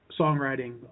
songwriting